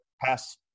pass